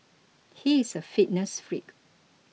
he is a fitness freak